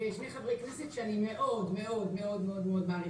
ושניהם חברי כנסת שאני מאוד מאוד מאוד מעריכה.